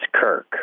Kirk